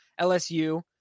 LSU